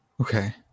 okay